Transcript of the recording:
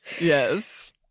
Yes